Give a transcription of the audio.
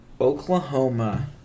Oklahoma